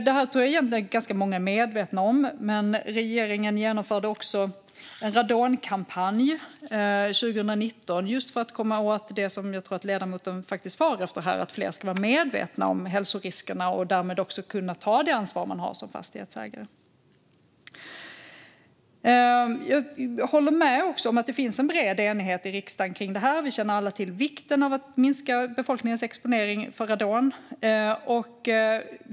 Det här är nog ganska många medvetna om, men regeringen genomförde en radonkampanj 2019 för att komma åt just det jag tror ledamoten far efter: att fler ska vara medvetna om hälsoriskerna och därmed också kunna ta sitt ansvar som fastighetsägare. Jag håller med om att det finns en bred enighet i riksdagen om detta. Vi känner alla till vikten av att minska befolkningens exponering för radon.